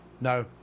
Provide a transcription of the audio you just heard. No